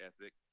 ethic